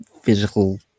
physical